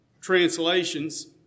translations